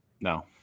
No